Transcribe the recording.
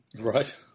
Right